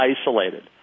isolated